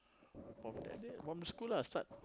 from that day from school I start